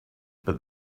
but